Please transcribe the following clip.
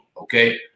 okay